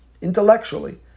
Intellectually